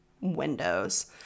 windows